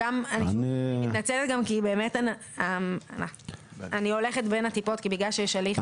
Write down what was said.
אני מתנצלת גם כי באמת אני הולכת בין הטיפות בגלל שיש הליך משפטי.